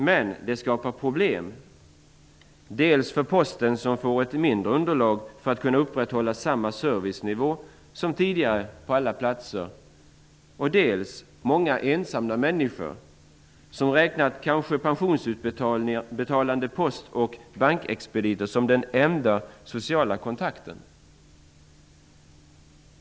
Men det skapar problem dels för Posten som får ett mindre underlag för att kunna upprätthålla samma servicenivå som tidigare på alla platser, dels för många ensamma människor som räknat pensionsutbetalande post/bankexpediter som den kanske enda sociala kontakten.